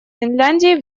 финляндии